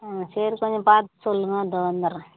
ஆ சரி கொஞ்சம் பார்த்து சொல்லுங்கள் இதோ வந்துடுறேன்